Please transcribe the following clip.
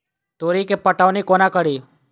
तोरी केँ पटौनी कोना कड़ी?